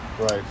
Right